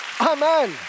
Amen